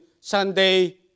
Sunday